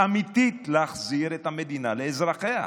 אמיתית להחזיר את המדינה לאזרחיה,